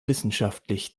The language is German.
wissenschaftlich